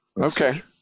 okay